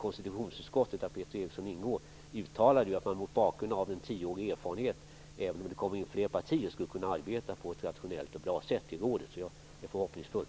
Konstitutionsutskottet, där också Peter Eriksson ingår, uttalade ju att den rådgivande nämnden mot bakgrund av dess tioåriga erfarenhet skulle kunna arbeta på ett bra och rationellt sätt även om det kommer in fler partier i rådet. Jag känner mig således förhoppningsfull.